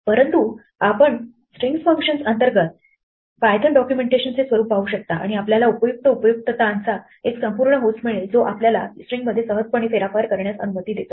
परंतु आपण string functions अंतर्गत पायथन डॉक्युमेंटेशनचे स्वरूप पाहू शकता आणि आपल्याला उपयुक्त उपयुक्ततांचा एक संपूर्ण होस्ट मिळेल जो आपल्याला स्ट्रिंगमध्ये सहजपणे फेरफार करण्यास अनुमती देतो